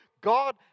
God